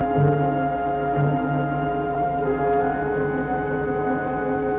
ah